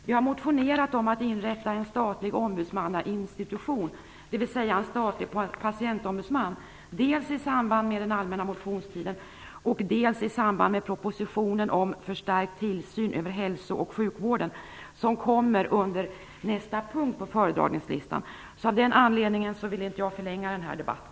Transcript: Vi har motionerat om att man skall inrätta en statlig ombudsmannainstitution, dvs. en statlig patientombudsman, dels i samband med den allmänna motionstiden, dels i samband med propositionen om förstärkt tillsyn över hälso och sjukvården, vilken skall behandlas under nästa punkt på föredragningslistan. Av den anledningen vill jag inte förlänga denna debatt.